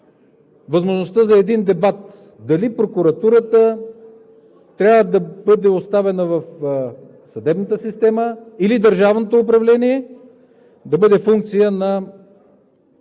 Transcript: възможността за един дебат дали Прокуратурата трябва да бъде оставена в съдебната система, или държавното управление да бъде функция на